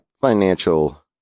financial